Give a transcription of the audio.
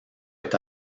est